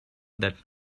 that